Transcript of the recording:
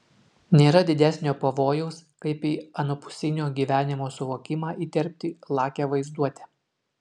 nėra didesnio pavojaus kaip į anapusinio gyvenimo suvokimą įterpti lakią vaizduotę